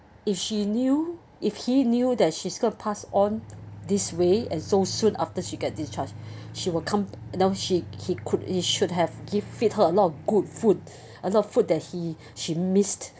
if she knew if he knew that she is going to pass on this way and so soon after she got discharged she will come she he could he should have give feed her a lot of good food and a lot of that food that he she missed